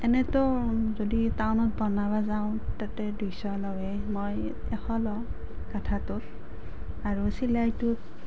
এনেইতো যদি টাউনত বনাব যাওঁ তাতে দুইশ লয়েই মই এশ লওঁ গাঠাটোত আৰু চিলাইটোত